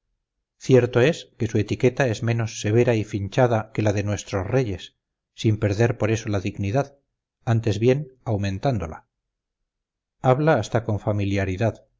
cierto es que su etiqueta es menos severa y finchada que la de nuestros reyes sin perder por eso la dignidad antes bien aumentándola habla hasta con familiaridad